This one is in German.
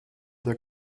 der